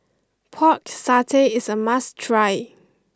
pork satay is a must try